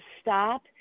stop